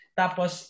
tapos